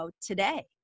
today